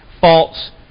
False